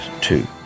two